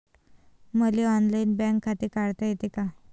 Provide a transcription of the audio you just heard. मले online bank खाते काढता येते का?